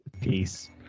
peace